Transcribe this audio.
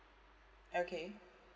okay